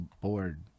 bored